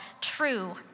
true